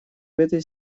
этой